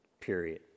period